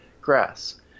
grass